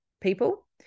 people